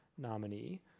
nominee